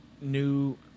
new